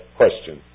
question